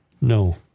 No